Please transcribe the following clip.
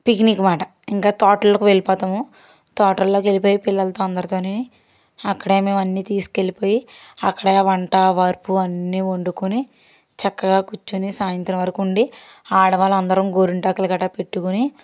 picnic అన్నమాట ఇంక తోటలకు వెళ్ళిపోతాము తోటలో వెళ్ళిపోయి పిల్లలతో అందరితోని అక్కడే మేము అన్ని తీసుకు వెళ్ళిపోయి అక్కడే వంట వార్పూ అన్ని వండుకొని చక్కగా కూర్చుని సాయంత్రం వరకు ఉండి ఆడవాళ్ళు అందరం గోరింటాకులు గటా పెట్టుకొని